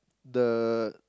the